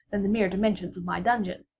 then the mere dimensions of my dungeon?